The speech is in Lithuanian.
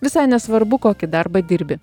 visai nesvarbu kokį darbą dirbi